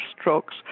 strokes